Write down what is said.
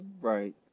Right